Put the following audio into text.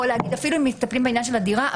או אפילו אם מטפלים בעניין של הדירה,